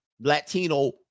Latino